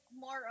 more